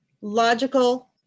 logical